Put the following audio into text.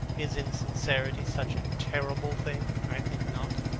is insincerity such a terrible thing? i think not.